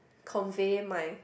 convey my